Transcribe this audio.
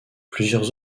plusieurs